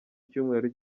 icyumweru